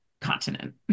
continent